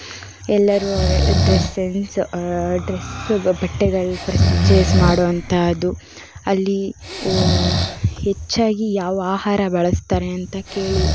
ಎಲ್ಲರೂ ಡ್ರೆಸೆನ್ಸ್ ಡ್ರೆಸ್ ಬಟ್ಟೆಗಳ ಪರ್ಚೇಸ್ ಮಾಡುವಂತಹದ್ದು ಅಲ್ಲಿ ಹೆಚ್ಚಾಗಿ ಯಾವ ಆಹಾರ ಬಳಸ್ತಾರೆ ಅಂತ ಕೇಳಿ